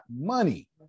money